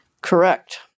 Correct